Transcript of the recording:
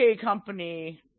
company